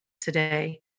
today